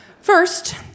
First